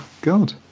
God